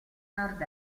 nord